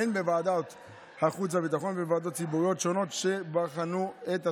הן בוועדת החוץ והביטחון והן בוועדות ציבוריות שונות שבחנו את הסוגיה.